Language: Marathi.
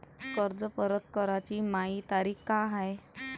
कर्ज परत कराची मायी तारीख का हाय?